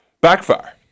backfire